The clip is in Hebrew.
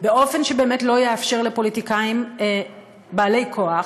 באופן שבאמת לא יאפשר לפוליטיקאים בעלי כוח